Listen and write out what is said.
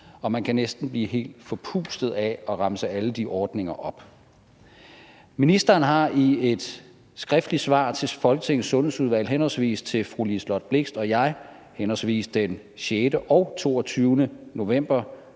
Man kan næsten blive helt forpustet af at remse alle de ordninger op. Ministeren har i et skriftligt svar til Folketingets sundhedsudvalg, henholdsvis til fru Liselott Blixt og jeg, henholdsvis den 6. november